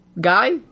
guy